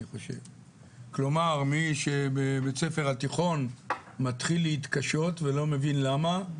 כלומר מי שבבית ספר תיכון מתחיל להתקשות ולא מבין למה,